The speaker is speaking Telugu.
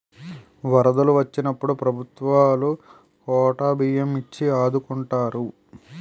వరదలు వొచ్చినప్పుడు ప్రభుత్వవోలు కోటా బియ్యం ఇచ్చి ఆదుకుంటారు